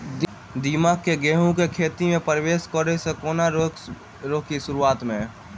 दीमक केँ गेंहूँ केँ खेती मे परवेश करै सँ केना रोकि शुरुआत में?